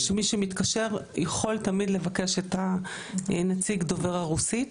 מי שמתקשר יכול תמיד לבקש את הנציג דובר הרוסית.